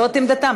זאת עמדתם.